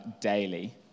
daily